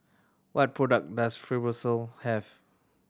what product does Fibrosol have